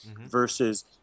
versus